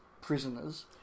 prisoners